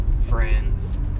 Friends